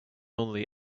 only